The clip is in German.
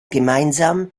gemeinsam